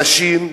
אנשים,